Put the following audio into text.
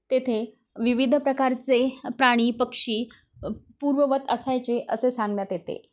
तेथे विविध प्रकारचे प्राणी पक्षी पूर्ववत असायचे असे सांगण्यात येते